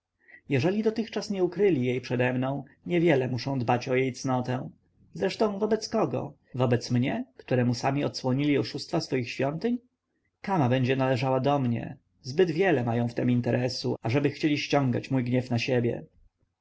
jeżeli dotychczas nie ukryli jej przede mną niewiele muszą dbać o jej cnotę zresztą wobec kogo wobec mnie któremu sami odsłonili oszustwa swojej świątyni kama będzie należała do mnie zbyt wiele mają w tem interesu ażeby chcieli ściągnąć mój gniew na siebie